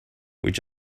which